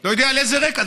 לא יודע על איזה רקע.